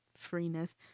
freeness